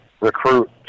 recruit